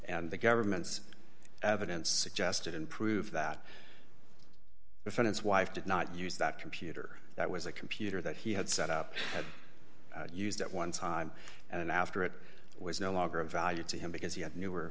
and the government's evidence suggested in prove that defendant's wife did not use that computer that was a computer that he had set up had used at one time and then after it was no longer of value to him because he had newer